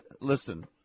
listen